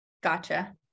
Gotcha